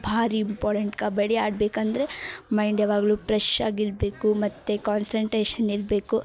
ಭಾರಿ ಇಂಪಾರ್ಡೆಂಟ್ ಕಬಡ್ಡಿ ಆಡಬೇಕಂದ್ರೆ ಮೈಂಡ್ ಯಾವಾಗಲೂ ಫ್ರೆಶ್ ಆಗಿರಬೇಕು ಮತ್ತು ಕಾನ್ಸಂಟ್ರೇಶನ್ ಇರಬೇಕು